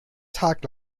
tag